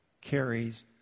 Carries